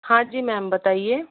हाँ जी मैम बताइए